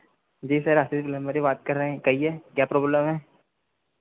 जी sir Ashish plumber ही बात कर रहे हैं कहिए क्या प्रॉब्लम है